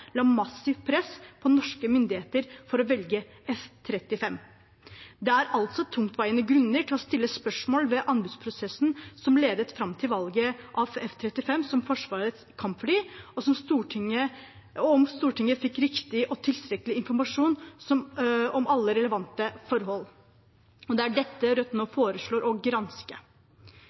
la massivt press på norske myndigheter for å velge F-35. Det er altså tungtveiende grunner til å stille spørsmål ved anbudsprosessen som ledet fram til valget av F-35 som Forsvarets kampfly, og om Stortinget fikk riktig og tilstrekkelig informasjon om alle relevante forhold. Det er dette Rødt nå foreslår å granske.